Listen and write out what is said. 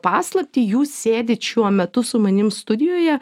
paslaptį jūs sėdit šiuo metu su manim studijoje